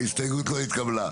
ההסתייגות לא התקבלה.